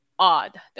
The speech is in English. odd